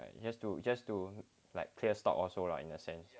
just to just to like clear stock also lah in a sense